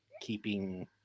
keeping